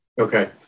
Okay